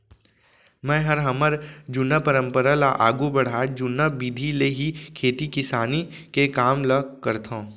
मैंहर हमर जुन्ना परंपरा ल आघू बढ़ात जुन्ना बिधि ले ही खेती किसानी के काम ल करथंव